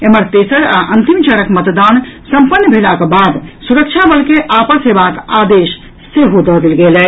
एम्हर तेसर आ अंतिम चरणक मतदान सम्पन्न भेलाक बाद सुरक्षा बल के आपस हेबाक आदेश सेहो दऽ देल गेल अछि